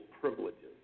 privileges